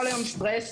כל היום סטרס,